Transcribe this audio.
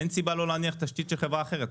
אין סיבה שלא להניח תשתית של חברה אחרת.